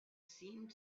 seemed